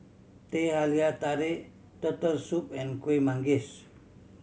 Teh Halia Tarik Turtle Soup and Kueh Manggis